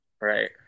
Right